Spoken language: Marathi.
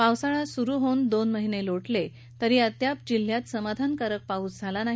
पाक्साळा सुरू होऊन दोन महिने लोटले तरी अद्याप जिल्ह्यात समाधानकारक पाऊस झाला नाही